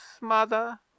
mother